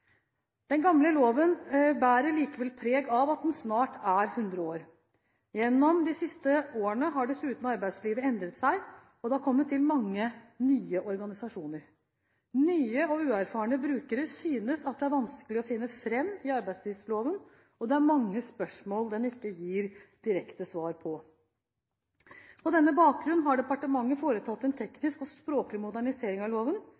Den gamle loven bærer likevel preg av at den snart er 100 år. Gjennom de siste årene har dessuten arbeidslivet endret seg, og det er kommet til mange nye organisasjoner. Nye og uerfarne brukere synes at det er vanskelig å finne fram i arbeidstvistloven, og det er mange spørsmål den ikke gir direkte svar på. På denne bakgrunn har departementet foretatt en teknisk og språklig modernisering av loven.